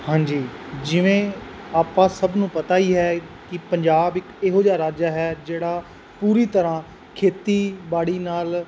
ਹਾਂਜੀ ਜਿਵੇਂ ਆਪਾਂ ਸਭ ਨੂੰ ਪਤਾ ਹੀ ਹੈ ਕਿ ਪੰਜਾਬ ਇੱਕ ਇਹੋ ਜਿਹਾ ਰਾਜ ਹੈ ਜਿਹੜਾ ਪੂਰੀ ਤਰ੍ਹਾਂ ਖੇਤੀਬਾੜੀ ਨਾਲ